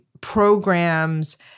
programs